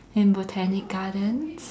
in Botanic Gardens